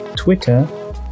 Twitter